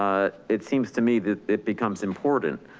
um it seems to me that it becomes important.